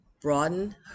Broaden